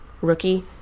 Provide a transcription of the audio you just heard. rookie